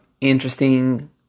interesting